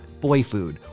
BoyFood